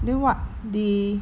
then what they